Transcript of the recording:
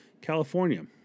California